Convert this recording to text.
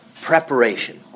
Preparation